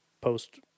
post